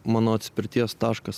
mano atspirties taškas